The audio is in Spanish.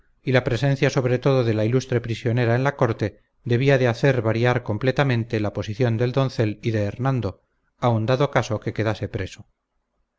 y la presencia sobre todo de la ilustre prisionera en la corte debía de hacer variar completamente la posición del doncel y de hernando aun dado caso que quedase preso